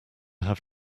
have